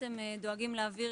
בעצם דואגים להעביר